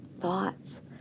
Thoughts